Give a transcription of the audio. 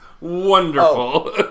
Wonderful